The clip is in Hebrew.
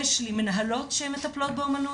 יש לי מנהלות שהן מטפלות באומנות,